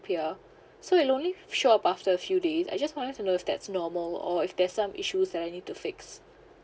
appear so it only show up after a few days I just wanted to know if that's normal or if there's some issues that I need to fix